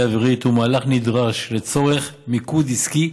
האווירית הוא מהלך נדרש לצורך מיקוד עסקי,